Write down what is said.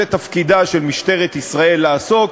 זה תפקידה של משטרת ישראל לעסוק,